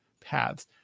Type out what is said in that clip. paths